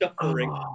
suffering